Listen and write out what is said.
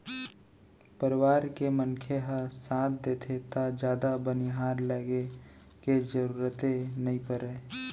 परवार के मनखे ह साथ देथे त जादा बनिहार लेगे के जरूरते नइ परय